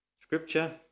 scripture